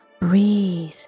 breathe